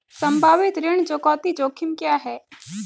संभावित ऋण चुकौती जोखिम क्या हैं?